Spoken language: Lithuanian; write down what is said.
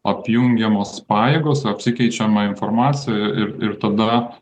apjungiamos pajėgos apsikeičiama informacija ir ir ir tada